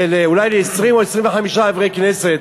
אולי ל-20 או 25 חברי כנסת.